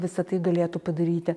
visa tai galėtų padaryti